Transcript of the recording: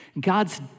God's